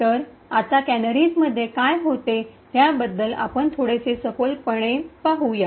तर आता कॅनरीजमध्ये काय होते त्याबद्दल आपण थोडेसे सखोलपणे राहू या